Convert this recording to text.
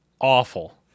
Awful